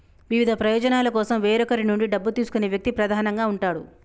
వివిధ ప్రయోజనాల కోసం వేరొకరి నుండి డబ్బు తీసుకునే వ్యక్తి ప్రధానంగా ఉంటాడు